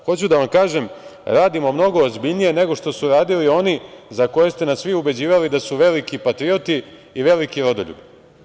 Hoću da vam kažem da radimo mnogo ozbiljnije nego što su radili oni za koje ste nas vi ubeđivali da su veliki patrioti i veliki rodoljubi.